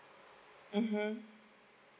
mmhmm